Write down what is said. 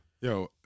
Yo